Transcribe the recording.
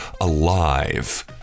alive